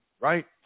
right